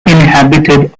uninhabited